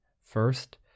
first